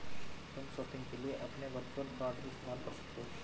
तुम शॉपिंग के लिए अपने वर्चुअल कॉर्ड भी इस्तेमाल कर सकते हो